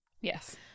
yes